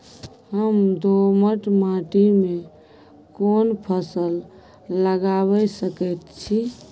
हम दोमट माटी में कोन फसल लगाबै सकेत छी?